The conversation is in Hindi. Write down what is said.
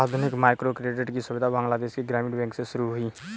आधुनिक माइक्रोक्रेडिट की सुविधा बांग्लादेश के ग्रामीण बैंक से शुरू हुई है